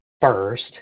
first